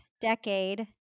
decade